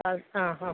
അത് ആ ആ